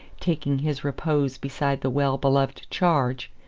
taking his repose beside the well-beloved charge,